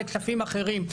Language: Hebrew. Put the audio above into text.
זה כספים אחרים.